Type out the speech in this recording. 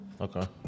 okay